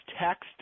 text